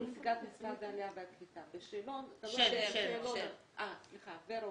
ורה אופיר,